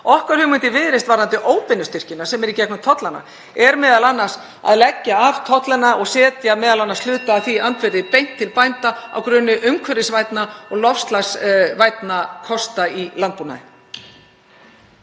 Okkar hugmynd í Viðreisn varðandi óbeinu styrkina, sem er í gegnum tollana, er m.a. að leggja af tollana og setja hluta af því andvirði beint til bænda á grunni umhverfisvænna og loftslagsvænna kosta í landbúnaði.